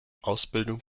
ausbildung